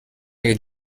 اگه